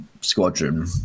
squadron